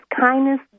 kindness